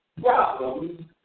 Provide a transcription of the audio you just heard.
problems